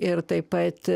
ir taip pat